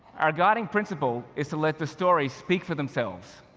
our guiding principle is to let the stories speak for themselves.